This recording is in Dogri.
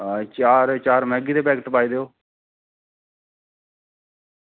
अ चार चार मैगी दे पैकेट पाई देओ